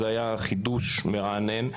זה היה חידוש מרענן.